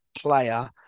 player